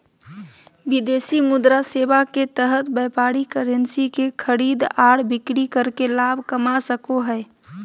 विदेशी मुद्रा सेवा के तहत व्यापारी करेंसी के खरीद आर बिक्री करके लाभ कमा सको हय